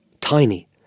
tiny